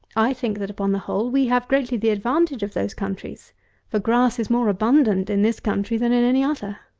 i think that, upon the whole, we have greatly the advantage of those countries for grass is more abundant in this country than in any other.